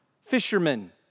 fishermen